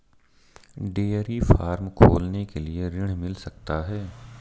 Dairy farm खोलने के लिए ऋण मिल सकता है?